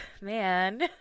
man